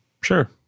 sure